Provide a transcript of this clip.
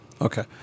Okay